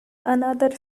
another